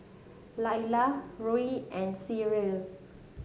Layla Roe and Cyril